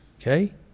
okay